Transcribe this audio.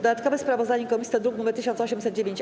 Dodatkowe sprawozdanie komisji to druk nr 1809-A.